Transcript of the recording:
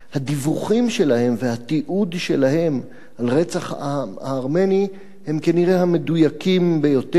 הדיווחים שלהם והתיעוד שלהם על רצח העם הארמני הם כנראה המדויקים ביותר,